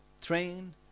train